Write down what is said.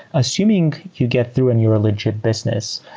assuming you get through and you're a legit business,